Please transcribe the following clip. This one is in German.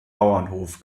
bauernhof